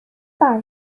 barn